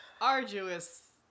arduous